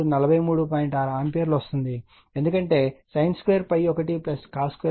6 ampere వస్తుంది ఎందుకంటే sin 2 ∅1 cos2 ∅1 1